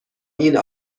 این